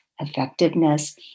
effectiveness